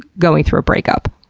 going through a breakup.